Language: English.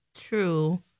True